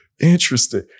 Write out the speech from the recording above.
Interesting